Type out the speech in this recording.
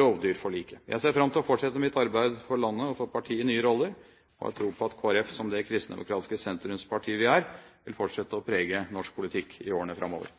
rovdyrforliket. Jeg ser fram til å fortsette mitt arbeid for landet og for partiet i nye roller, og har tro på at Kristelig Folkeparti som det kristendemokratiske sentrumsparti vi er, vil fortsette å prege norsk politikk i årene framover.